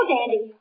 Dandy